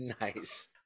nice